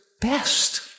best